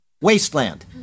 wasteland